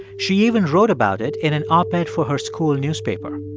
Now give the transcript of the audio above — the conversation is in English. she even wrote about it in an op-ed for her school newspaper.